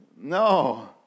No